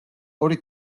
ორი